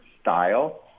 style